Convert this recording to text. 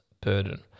burden